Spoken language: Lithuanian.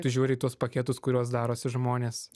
tu žiūri į tuos paketus kuriuos darosi žmonės